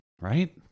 Right